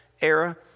era